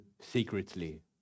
secretly